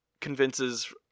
convinces